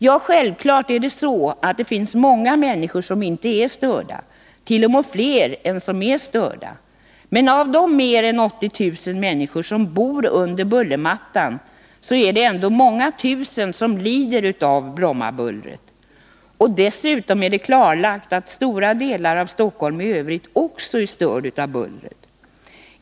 Ja, självklart finns det många människor som inte är störda, t.o.m. fler än som är störda. Men av de mer än 80000 människor som bor under bullermattan är det ändå många tusen som lider av Brommabullret. Dessutom är det klarlagt att stora delar av Stockholm i övrigt också störs av bullret.